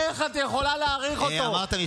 תגידי, איך את יכולה להעריך את הבן אדם הזה?